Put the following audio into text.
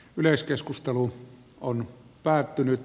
yleiskeskustelu on päättynyt